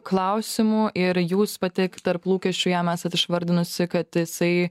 klausimų ir jūs pati tarp lūkesčių jam esat išvardinusi kad jisai